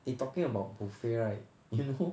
eh talking about buffet right you know